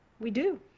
we do.